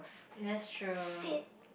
that's true